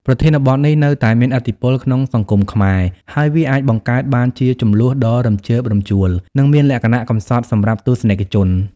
ប្រធានបទនេះនៅតែមានឥទ្ធិពលក្នុងសង្គមខ្មែរ ហើយវាអាចបង្កើតបានជាជម្លោះដ៏រំជើបរំជួល និងមានលក្ខណៈកំសត់សម្រាប់ទស្សនិកជន។